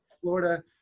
Florida